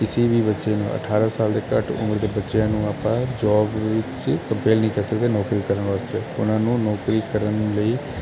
ਕਿਸੀ ਵੀ ਬੱਚੇ ਨੂੰ ਅਠਾਰਾਂ ਸਾਲ ਦੇ ਘੱਟ ਉਮਰ ਦੇ ਬੱਚਿਆਂ ਨੂੰ ਆਪਾਂ ਜੋਬ ਦੇ ਵਿਚ ਕੰਪੇਲ ਨਹੀਂ ਕਰ ਸਕਦੇ ਨੌਕਰੀ ਕਰਨ ਵਾਸਤੇ ਉਹਨਾਂ ਨੂੰ ਨੌਕਰੀ ਕਰਨ ਲਈ